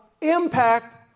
impact